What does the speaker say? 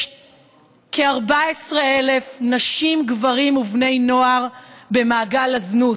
יש כ-14,000 נשים, גברים ובני נוער במעגל הזנות.